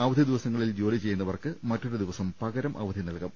അവധി ദിവസങ്ങളിൽ ജോലി ചെയ്യുന്നവർക്ക് മറ്റൊരു ദിവസം പകരം അവധി നൽകും